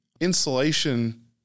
insulation